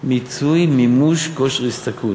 "מיצוי מימוש כושר השתכרות".